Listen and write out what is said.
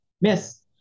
Miss